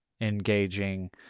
engaging